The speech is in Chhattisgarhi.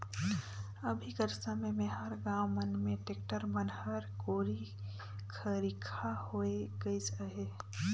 अभी कर समे मे हर गाँव मन मे टेक्टर मन हर कोरी खरिखा होए गइस अहे